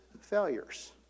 failures